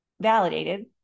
validated